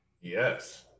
Yes